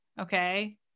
Okay